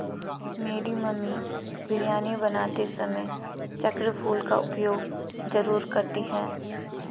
मेरी मम्मी बिरयानी बनाते समय चक्र फूल का उपयोग जरूर करती हैं